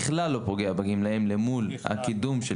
בכלל לא פוגע בגמלאים למול הקידום של